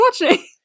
watching